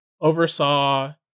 oversaw